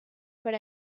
per